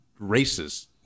racist